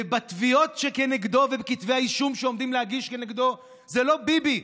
ובתביעות שנגדו ובכתבי האישום שעומדים להגיש נגדו זה לא ביבי,